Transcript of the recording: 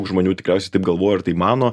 žmonių tikriausiai taip galvoja ir tai mano